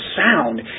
sound